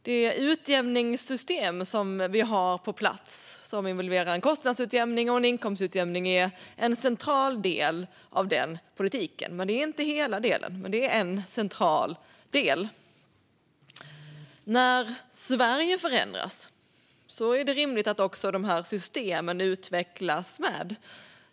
Det utjämningssystem som finns och som involverar en kostnadsutjämning och en inkomstutjämning är en central del av den politiken. Det är inte allt, men det är en central del. När Sverige förändras är det rimligt att också systemen utvecklas.